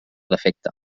defecte